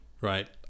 right